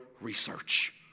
research